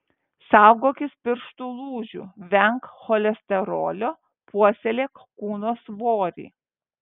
saugokis pirštų lūžių venk cholesterolio puoselėk kūno svorį